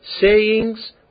sayings